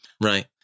Right